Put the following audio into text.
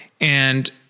and-